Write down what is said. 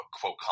quote